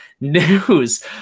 news